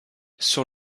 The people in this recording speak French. sur